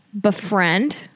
befriend